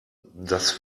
das